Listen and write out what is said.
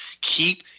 Keep